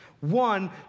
One